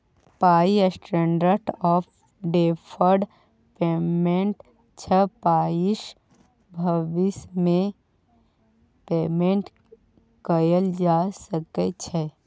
पाइ standard of deferred payment छै पाइसँ भबिस मे पेमेंट कएल जा सकै छै